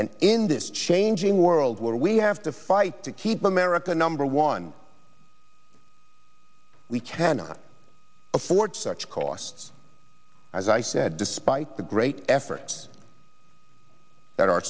this changing world where we have to fight to keep america number one we cannot afford such costs as i said despite the great effort that our